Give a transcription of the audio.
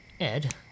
Ed